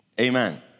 amen